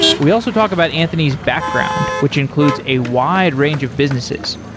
we also talk about anthony's background, which includes a wide range of businesses,